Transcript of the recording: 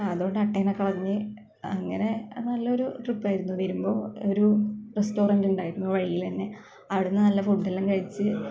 ആ അതുകൊണ്ട് അട്ടേനെ കളഞ്ഞ് അങ്ങനെ നല്ലൊരു ട്രിപ്പ് ആയിരുന്നു വരുമ്പോൾ ഒരു റസ്റ്റോറന്റ് ഉണ്ടായിരുന്നു വഴിയിൽ തന്നെ അവിടെനിന്ന് നല്ല ഫുഡ് എല്ലാം കഴിച്ച്